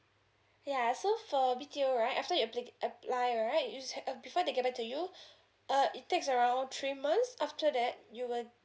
yeah so for B_T_O right after you appli~ apply right you just have uh before they get back to you uh it takes around three months after that you will